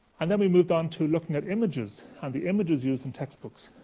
and then we moved on to looking at images, and the images used in textbooks.